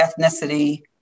ethnicity